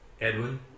Edwin